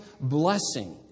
blessing